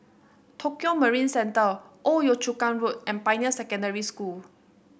Tokio Marine Centre Old Yio Chu Kang Road and Pioneer Secondary School